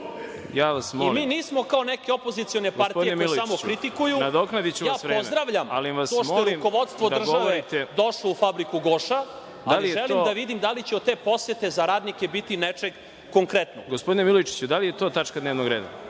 i mi nismo kao neke opozicione partije koje samo kritikuju. Pozdravljam to što je rukovodstvo države došlo u fabriku „Goša“, ali želim da vidim da li će od posete za radnike biti nečeg konkretnog. **Đorđe Milićević** Gospodine Milojčiću, da li je to tačka dnevnog reda?